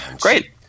Great